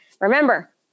Remember